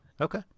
Okay